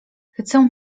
chcę